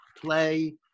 play